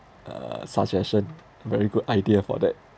uh suggestion very good idea for that